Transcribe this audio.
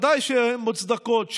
ודאי שהן מוצדקות,